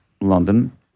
London